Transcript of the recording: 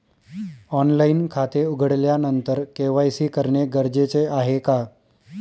Online खाते उघडल्यानंतर KYC करणे गरजेचे आहे का?